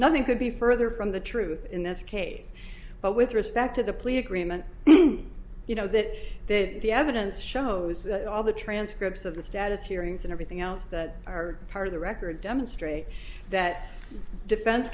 nothing could be further from the truth in this case but with us back to the plea agreement you know that that the evidence shows that all the transcripts of the status hearings and everything else that are part of the record demonstrate that defense